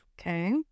okay